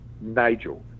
Nigel